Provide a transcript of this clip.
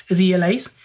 realize